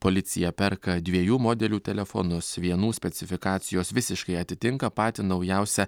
policija perka dviejų modelių telefonus vienų specifikacijos visiškai atitinka patį naujausią